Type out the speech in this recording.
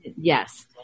yes